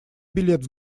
билет